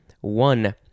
One